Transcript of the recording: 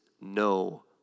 no